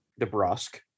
DeBrusque